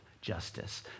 justice